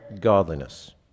godliness